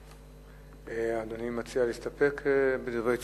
אדוני מציע להסתפק בדברי תשובתו?